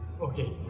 Okay